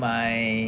mm